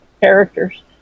characters